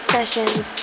Sessions